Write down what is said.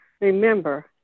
Remember